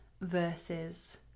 versus